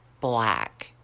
black